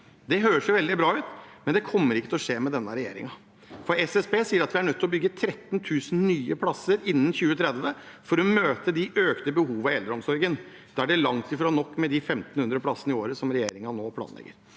Det høres veldig bra ut, men det kommer ikke til å skje med denne regjeringen. SSB sier at vi er nødt til å bygge 13 000 nye plasser innen 2030 for å møte de økte behovene i eldreomsorgen. Da er det langt fra nok med de 1 500 plassene i året som regjeringen nå planlegger.